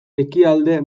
ekialde